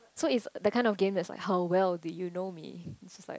so if that kind of game that's like how well do you know me it's like